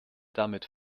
damit